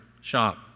shop